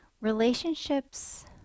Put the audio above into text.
Relationships